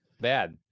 bad